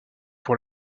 pour